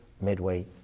Midway